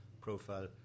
Profile